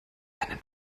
einen